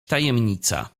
tajemnica